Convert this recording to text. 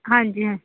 ਹਾਂਜੀ ਹਾਂ